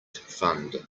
fund